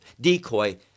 decoy